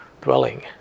dwelling